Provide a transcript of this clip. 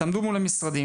תעמדו מול המשרדים,